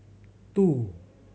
two